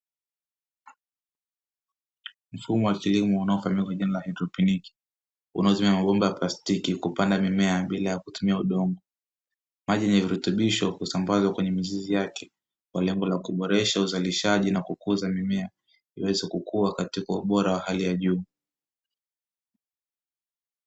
Mfumo wa kilimo unaojulikana kwa jina la haidroponiki unaotumia mabomba ya plastiki kupanda mimea bila ya kutumia udongo. Maji yenye virutubisho husambazwa kwenye mizizi yake kwa lengo la kuboresha uzalishaji na kukuza mimea ili iweze kukua katika ubora wa hali ya juu.